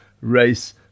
race